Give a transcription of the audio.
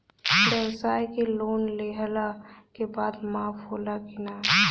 ब्यवसाय के लोन लेहला के बाद माफ़ होला की ना?